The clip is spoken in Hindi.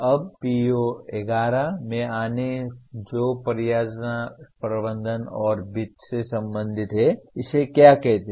अब PO11 में आना जो परियोजना प्रबंधन और वित्त से संबंधित है इसे क्या कहते हैं